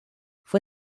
fue